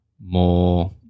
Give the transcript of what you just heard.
More